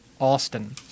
Austin